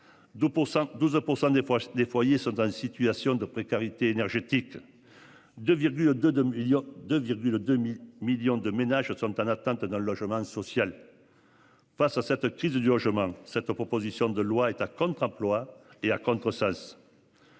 fois des foyers sont en situation de précarité énergétique. De de de. Il y a 2 le demi million de ménages sont en attente d'un logement social. Face à cette crise du logement. Cette proposition de loi est à contre-emploi et à. Nous savons